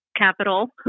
capital